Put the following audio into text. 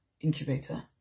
Incubator